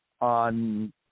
on